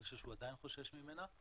אני חושב שהוא עדיין חושש ממנה,